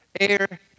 air